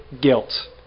guilt